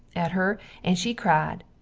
at her and she cried,